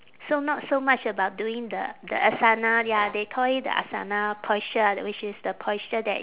so not so much about doing the the asana ya they call it the asana posture th~ which is the posture that